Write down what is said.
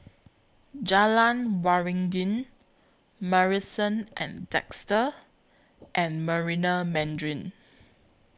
Jalan Waringin Marrison At Desker and Marina Mandarin